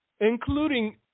including